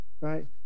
right